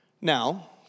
Now